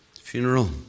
funeral